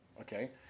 Okay